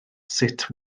sut